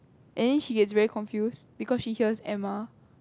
and then she gets very confused because she hears Emma